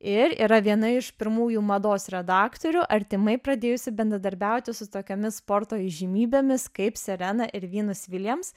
ir yra viena iš pirmųjų mados redaktorių artimai pradėjusi bendradarbiauti su tokiomis sporto įžymybėmis kaip serena ir vynus viliams